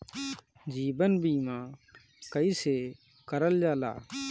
जीवन बीमा कईसे करल जाला?